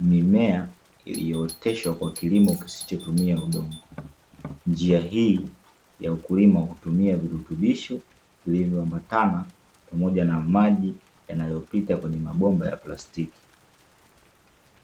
Mimea iliyooteshwa kwa kilimo kisichotumia udongo. Njia hii ya ukulima, hutumia virutubisho vilivyoambatana pamoja na maji yanayopita kwenye mabomba ya plastiki.